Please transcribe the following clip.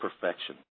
perfection